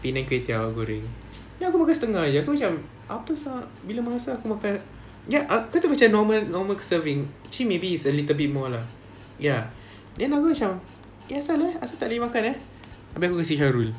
penang kway teow goreng then aku makan setengah jer aku macam apa sia bila masa aku makan macam kau tahu macam normal normal serving actually maybe it's a little bit more lah ya then aku macam eh asal eh asal tak boleh makan abeh aku kasi sharul